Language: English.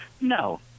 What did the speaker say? No